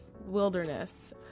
wilderness